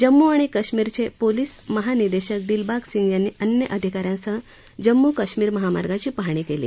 जम्मू आणि काश्मिर चे पोलीस महानिदेशक दिलबाग सिंग यांनी अन्य अधिकाऱ्यांसह जम्मू काश्मिर महामार्गाचा पाहणी केली